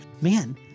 man